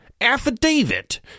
affidavit